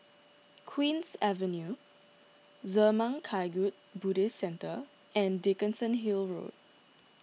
Queen's Avenue Zurmang Kagyud Buddhist Centre and Dickenson Hill Road